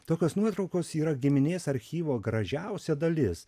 tokios nuotraukos yra giminės archyvo gražiausia dalis